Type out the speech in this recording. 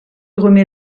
remet